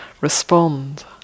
respond